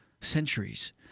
centuries